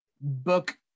book